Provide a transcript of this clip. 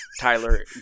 Tyler